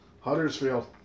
Huddersfield